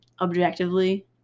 objectively